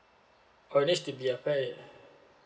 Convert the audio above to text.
oh it needs to be a pair ah